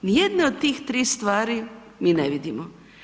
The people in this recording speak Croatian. Nijedna od tih tri stvari mi ne vidimo.